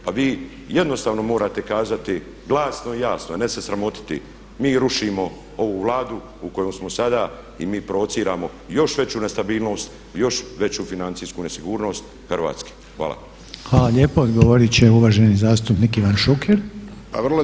Pa vi jednostavno morate kazati glasno i jasno, ne se sramotiti mi rušimo ovu Vladu u kojoj smo sada i mi provociramo još veću nestabilnost i još veću financijsku nesigurnost Hrvatske.